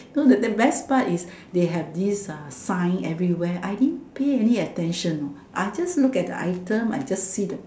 so the best part is they have this uh sign everywhere I didn't pay any attention know I just look at the item I just see the